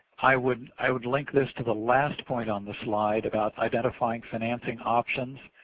i would i would link this to the last point on the slide about identifying financing options.